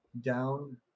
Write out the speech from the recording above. down